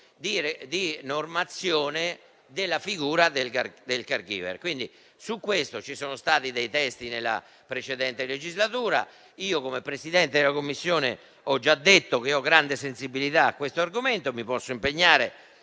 di normazione della figura del *caregiver.* Su questo tema sono stati presentati dei testi nella precedente legislatura. Come Presidente della Commissione ho già detto che sono molto sensibile a questo argomento e mi posso impegnare